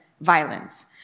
violence